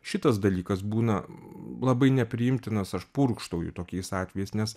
šitas dalykas būna labai nepriimtinas aš purkštauju tokiais atvejais nes